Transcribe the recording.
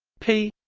p